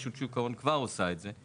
רשות שוק ההון כבר עושה את זה.